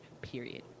period